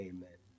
Amen